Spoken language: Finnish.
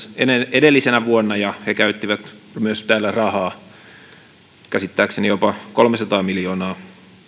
edellisenä vuonna ja he käyttivät myös täällä rahaa käsittääkseni jopa kolmesataa miljoonaa